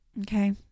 Okay